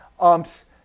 Ump's